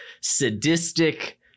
sadistic